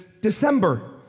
December